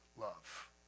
love